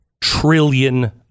trillion